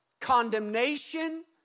condemnation